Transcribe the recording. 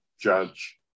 Judge